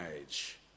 age